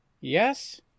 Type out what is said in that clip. Yes